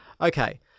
Okay